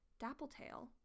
Dappletail